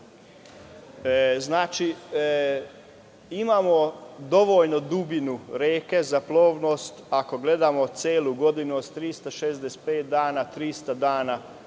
Znači, imamo dovoljnu dubinu reke za plovnost ako gledamo celu godinu od 365 dana, 300 dana